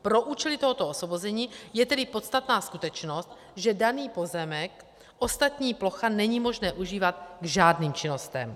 Pro účely tohoto osvobození je tedy podstatná skutečnost, že daný pozemek ostatní plocha není možné užívat k žádným činnostem.